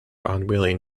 unwilling